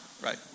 Right